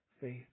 faith